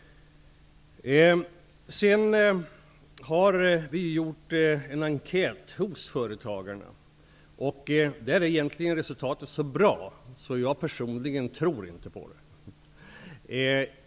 Vi har gjort en enkät hos företagarna. Där är resultatet så bra att jag personligen inte tror på det.